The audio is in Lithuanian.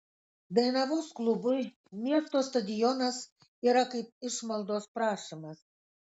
dainavos klubui miesto stadionas yra kaip išmaldos prašymas